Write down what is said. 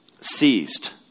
seized